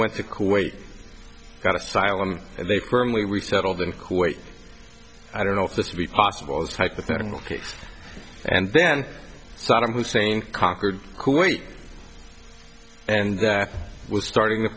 went to kuwait got asylum and they firmly resettled in kuwait i don't know if this would be possible is hypothetical case and then saddam hussein conquered kuwait and that was starting